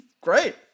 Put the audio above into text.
Great